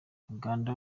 uganda